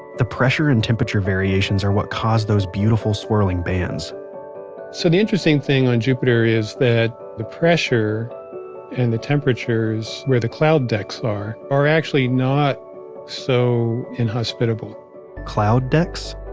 the pressure and temperature variations are what cause those beautiful swirling bands so the interesting thing on jupiter is that the pressure and the temperatures where the cloud decks are, are actually not so inhospitable cloud decks?